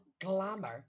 Glamour